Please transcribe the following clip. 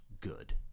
good